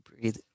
Breathe